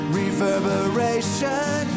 reverberation